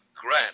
Grant